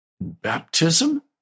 baptism